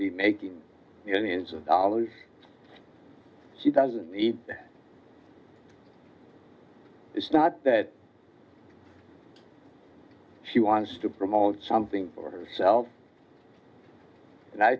be making millions of dollars she doesn't need it's not that she wants to promote something for herself and i